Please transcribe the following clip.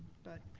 but,